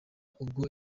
ubwo